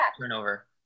turnover